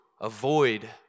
avoid